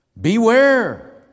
Beware